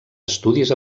estudis